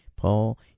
Paul